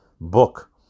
book